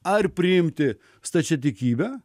ar priimti stačiatikybę